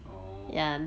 oh